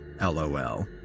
LOL